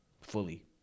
fully